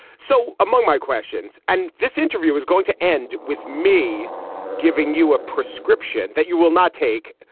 so among my questions and this interview was going to end with me giving you a prescription that you will not take,